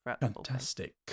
Fantastic